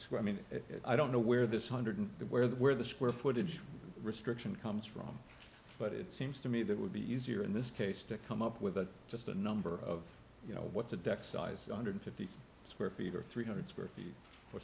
square mean i don't know where this hundred where that where the square footage restriction comes from but it seems to me that would be easier in this case to come up with a just a number of you know what's a deck size hundred fifty square feet or three hundred square feet or